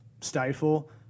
stifle